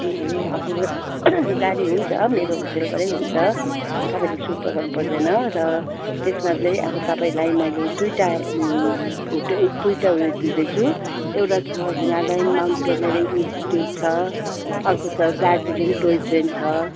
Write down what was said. ए हजुर गाडी हुन्छ मेरो होटेलबाटै हुन्छ तपाईँले सुर्ता गर्नु पर्दैन र त्यसमा चाहिँ अब तपाईँलाई मैले दुइवटा होटे दुइवटा उयो दिँदैछु एउटा छ हिमालयन माउन्टेनरिङ इन्स्टिच्युट छ अर्को छ दार्जिलिङ टोय ट्रेन छ